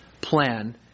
plan